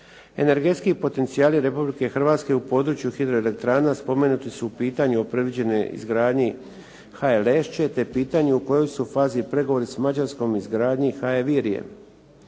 Energetski potencijali Republike Hrvatske u području hidroelektrana spomenuti su u pitanju o predviđenoj izgradnji HE Lešće te pitanje u kojoj su fazi pregovori s Mađarskom .../Govornik